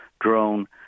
drone